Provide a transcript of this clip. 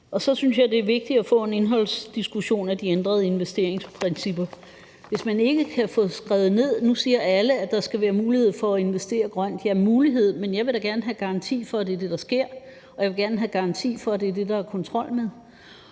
at jeg synes, det er vigtigt at få en indholdsdiskussion af de ændrede investeringsprincipper. Nu siger alle, at der skal være mulighed for at investere grønt, ja, mulighed, men jeg vil da gerne have garanti for, at det er det, der sker, og jeg vil gerne have garanti for, at det er det, der er kontrol med,